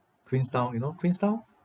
queenstown you know queenstown